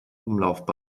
umlaufbahn